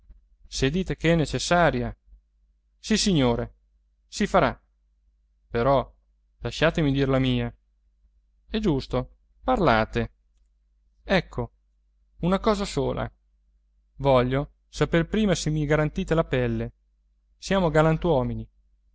se dite che è necessaria sissignore si farà però lasciatemi dir la mia è giusto parlate ecco una cosa sola voglio sapere prima se mi garantite la pelle siamo galantuomini